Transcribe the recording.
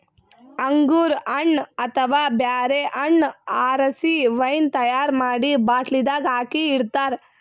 ಅಂಗೂರ್ ಹಣ್ಣ್ ಅಥವಾ ಬ್ಯಾರೆ ಹಣ್ಣ್ ಆರಸಿ ವೈನ್ ತೈಯಾರ್ ಮಾಡಿ ಬಾಟ್ಲಿದಾಗ್ ಹಾಕಿ ಇಡ್ತಾರ